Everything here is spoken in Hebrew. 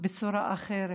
בצורה אחרת.